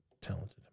talented